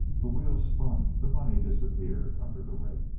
the wheel spun the money disappeared under the rake.